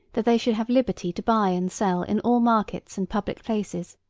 that they should have liberty to buy and sell in all markets and public places,